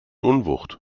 unwucht